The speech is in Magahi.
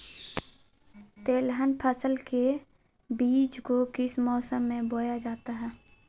तिलहन फसल के बीज को किस मौसम में बोया जाता है?